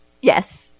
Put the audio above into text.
Yes